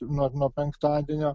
nuo nuo penktadienio